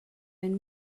and